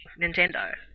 Nintendo